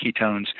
ketones